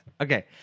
Okay